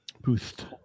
Boost